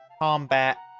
combat